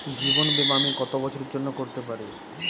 জীবন বীমা আমি কতো বছরের করতে পারি?